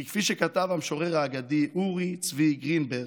כי כפי שכתב המשורר האגדי אורי צבי גרינברג,